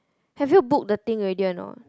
have you book the thing already or not